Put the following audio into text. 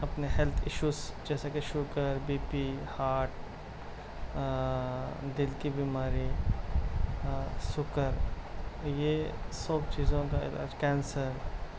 اپنے health issues جیسا کہ شوگر بی پی ہارٹ دل کی بیماری سکر یہ سب چیزوں کا علاج کینسر